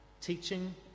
teaching